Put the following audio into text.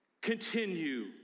continue